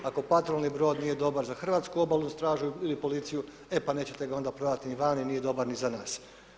Ako patrolni brod nije dobar za hrvatsku obalnu stražu ili policiju, e pa nećete ga onda prodati ni vani, nije dobar ni za nas.